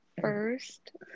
first